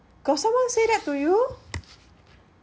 got some one say that to you